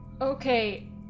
Okay